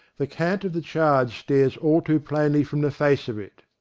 the cant of the charge stares all too plainly from the face of it.